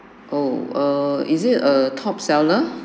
oh err is it a top seller